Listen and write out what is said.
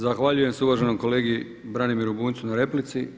Zahvaljujem se uvaženom kolegi Branimiru Bunjcu na replici.